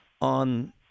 on